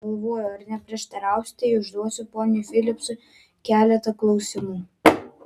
galvoju ar neprieštarausite jei užduosiu ponui filipsui keletą klausimų